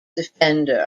defender